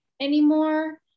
anymore